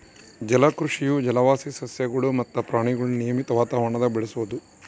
ಜಲಕೃಷಿಯು ಜಲವಾಸಿ ಸಸ್ಯಗುಳು ಮತ್ತೆ ಪ್ರಾಣಿಗುಳ್ನ ನಿಯಮಿತ ವಾತಾವರಣದಾಗ ಬೆಳೆಸೋದು